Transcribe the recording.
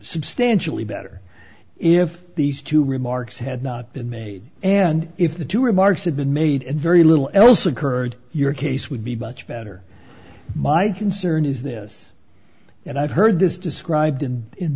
substantially better if these two remarks had not been made and if the two remarks had been made and very little else occurred your case would be much better my concern is this and i've heard this described in in